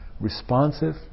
responsive